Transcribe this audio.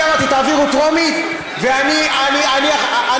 אני אמרתי: תעבירו בטרומית ואני אתמוך.